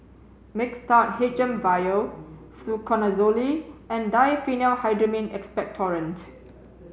Mixtard H M vial Fluconazole and Diphenhydramine Expectorant